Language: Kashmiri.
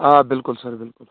آ بالکل سَر بالکل